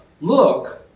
look